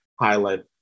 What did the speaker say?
highlight